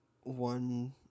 one